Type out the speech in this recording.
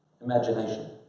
imagination